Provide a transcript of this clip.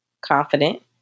confident